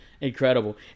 Incredible